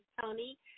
Tony